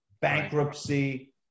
bankruptcy